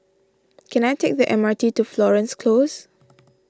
can I take the M R T to Florence Close